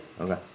Okay